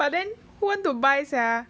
by then who want to buy sia